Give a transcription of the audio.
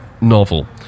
novel